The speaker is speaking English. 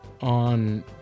on